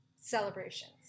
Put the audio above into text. celebrations